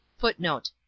Footnote